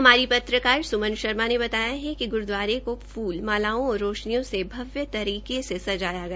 हमारी पत्रकार स्मन शर्मा ने बताया है कि ग्रूद्वारें को फूल मालाओं और रोशनियों से भव्य तरीके से सजाया गया